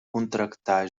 contractar